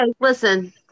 listen